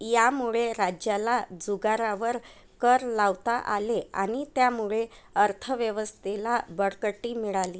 यामुळे राज्याला जुगारावर कर लावता आले आणि त्यामुळे अर्थव्यवस्थेला बळकटी मिळाली